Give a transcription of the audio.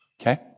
Okay